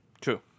True